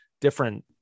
different